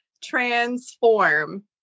transform